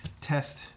test